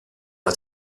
una